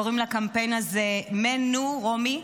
קוראים לקמפיין הזה מנומרומי.